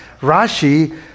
Rashi